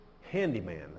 handyman